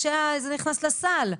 כשזה נכנס לסל.